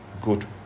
good